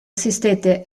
assistette